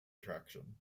attraction